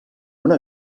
una